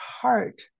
heart